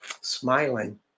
smiling